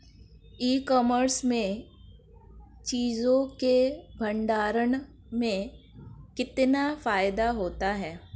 ई commerce में चीज़ों के भंडारण में कितना फायदा होता है?